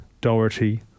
Doherty